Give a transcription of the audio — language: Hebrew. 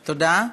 תודה.